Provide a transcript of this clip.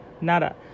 nada